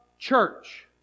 church